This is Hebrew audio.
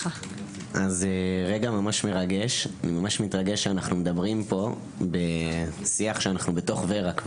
זה רגע מאוד מרגש, בשיח שאנחנו בתוך ור"ה כבר.